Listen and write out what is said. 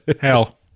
Hell